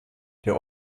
der